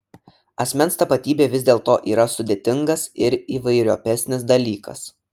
asmens tapatybė vis dėlto yra sudėtingesnis ir įvairiopesnis dalykas